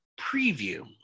preview